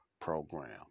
program